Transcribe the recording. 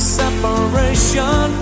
separation